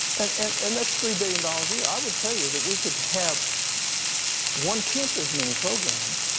and and and that's three billion dollars a year. i would tell you that we could have one-tenth as many programs